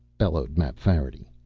bellowed mapfarity.